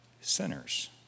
sinners